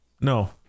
No